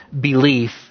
Belief